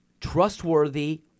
trustworthy